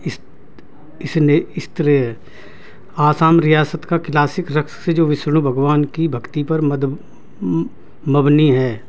اس اس نے استر آسام ریاست کا کلاسک رقص جو وشن بھگوان کی بھکتی پرد مبنی ہے